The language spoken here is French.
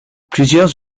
plusieurs